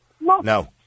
No